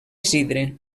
isidre